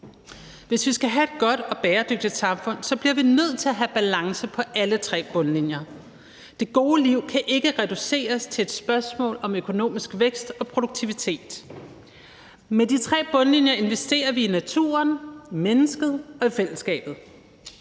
Hvis vi skal have et godt og bæredygtigt samfund, bliver vi nødt til at have balance på alle tre bundlinjer. Det gode liv kan ikke reduceres til et spørgsmål om økonomisk vækst og produktivitet. Med de tre bundlinjer investerer vi i naturen, i mennesket og i fællesskabet.